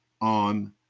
on